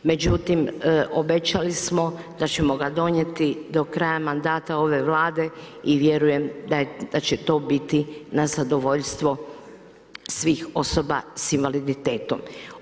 Međutim, obećali smo da ćemo ga donijeti do kraja mandata ove Vlade i vjerujem da će to biti na zadovoljstvo svih osoba s invaliditetom.